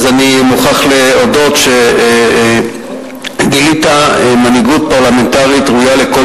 אני מוכרח להודות שגילית מנהיגות פרלמנטרית ראויה לכל